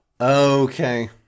Okay